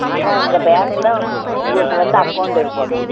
ஆனால் எங்கள் பேங்கில் உங்களுக்கு வந்து அக்கவுண்டு இருக்கணும்